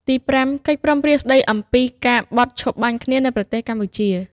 ទីប្រាំ កិច្ចព្រមព្រៀង ស្តីពីការបញ្ឈប់បទបាញ់គ្នា នៅក្នុងប្រទេសកម្ពុជា។